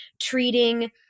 treating